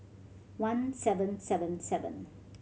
one seven seven seven